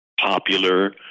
popular